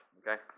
okay